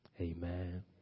Amen